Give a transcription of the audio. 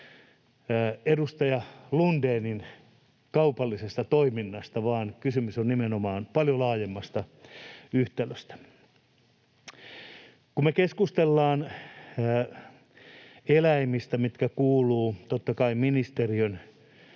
edustaja Lundénin kaupallisesta toiminnasta, vaan kysymys on nimenomaan paljon laajemmasta yhtälöstä. Kun me keskustellaan eläimistä, mitkä kuuluvat totta kai ministeriön